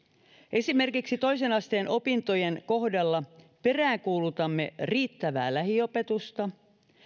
esimerkiksi toisen asteen opintojen kohdalla peräänkuulutamme riittävää lähiopetusta